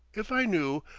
if i knew,